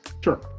sure